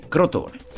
Crotone